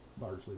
largely